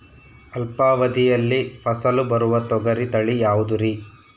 ಅಲ್ಪಾವಧಿಯಲ್ಲಿ ಫಸಲು ಬರುವ ತೊಗರಿ ತಳಿ ಯಾವುದುರಿ?